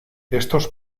estos